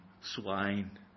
swine